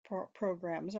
programs